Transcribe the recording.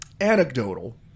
anecdotal